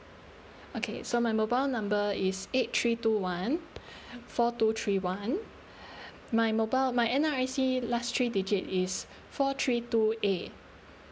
okay so my mobile number is eight three two one four two three one my mobile my N_R_I_C last three digit is four three two A